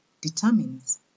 determines